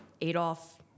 Adolf